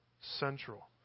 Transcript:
central